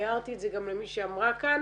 והערתי את זה גם למי שאמרה כאן,